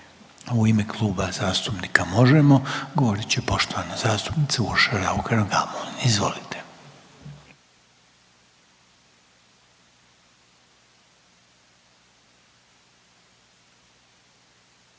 U ime Kluba zastupnika HDZ-a govorit će poštovani zastupnik Gari Cappelli. Izvolite.